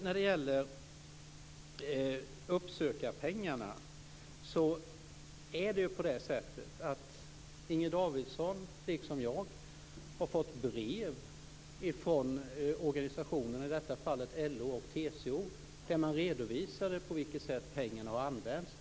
När det gäller uppsökarpengarna är det på det sättet att både Inger Davidson och jag har fått brev från organisationer - i det här fallet LO och TCO - där man redovisar hur pengarna har använts.